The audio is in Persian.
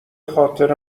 خاطر